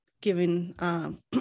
giving